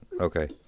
Okay